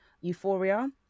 euphoria